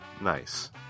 nice